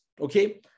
Okay